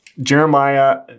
Jeremiah